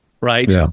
Right